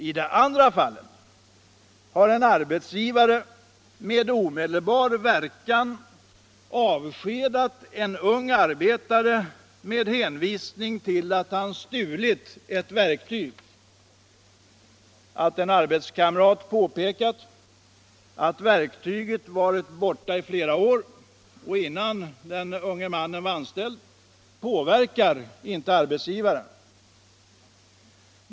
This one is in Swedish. I det andra fallet har en arbetsgivare med omedelbar verkan avskedat en ung arbetare med hänvisning till att han stulit ett verktyg. Att en arbetskamrat påpekat att verktyget varit borta i flera år och innan den unge mannen var anställd påverkar inte arbetsgivaren.